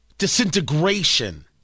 disintegration